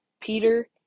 Peter